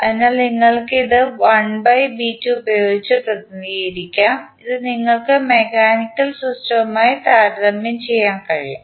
അതിനാൽ നിങ്ങൾ ഇത് 1 B2 ഉപയോഗിച്ച് പ്രതിനിധീകരിക്കും ഇത് നിങ്ങൾക്ക് മെക്കാനിക്കൽ സിസ്റ്റവുമായി താരതമ്യം ചെയ്യാൻ കഴിയും